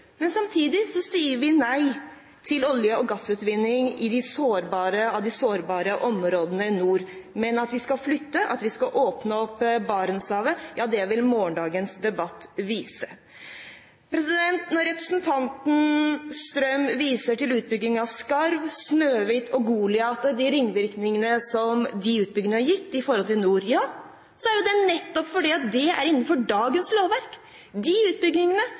men samtidig sier vi nei til olje- og gassutvinning i de sårbare områdene i nord. Men om vi skal flytte, om vi skal åpne opp Barentshavet, vil morgendagens debatt vise. Representanten Strøm viser til utbyggingene av Skarv, Snøhvit og Goliat og de ringvirkningene som disse utbyggingene har gitt i nord. Det er nettopp fordi det er innenfor dagens lovverk. Disse utbyggingene har skjedd med utgangspunkt i dagens petroleumslov. Derfor er det irrelevant å trekke fram disse som eksempler når det gjelder de